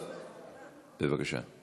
בבקשה.